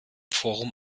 forum